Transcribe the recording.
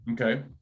Okay